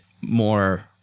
more